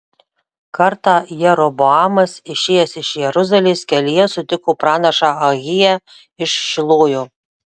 kartą jeroboamas išėjęs iš jeruzalės kelyje sutiko pranašą ahiją iš šilojo